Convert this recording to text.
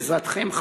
בעזרתכם,